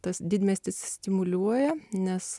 tas didmiestis stimuliuoja nes